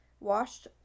Washed